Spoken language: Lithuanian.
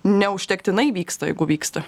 neužtektinai vyksta vyksta